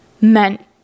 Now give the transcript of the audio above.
meant